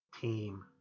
team